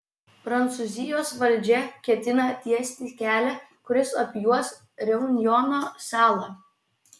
prancūzijos valdžia ketina tiesti kelią kuris apjuos reunjono salą